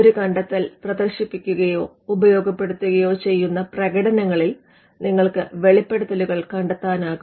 ഒരു കണ്ടെത്തൽ പ്രദർശിപ്പിക്കുകയോ ഉപയോഗപ്പെടുത്തുകയോ ചെയ്യുന്ന പ്രകടനങ്ങളിൽ നിങ്ങൾക്ക് വെളിപ്പെടുത്തലുകൾ കണ്ടെത്താനാകും